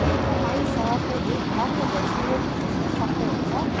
के तपाईँ सहरको एक राम्रो रेस्टुरेन्ट खोज्न सक्नुहुन्छ